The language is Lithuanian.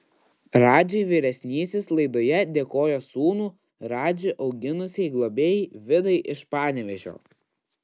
radži vyresnysis laidoje dėkojo sūnų radži auginusiai globėjai vidai iš panevėžio